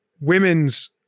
women's